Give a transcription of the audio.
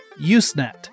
Usenet